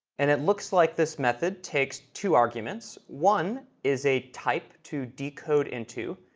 and it looks like this method takes two arguments. one is a type to decode into,